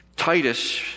Titus